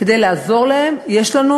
כדי לעזור להם, יש לנו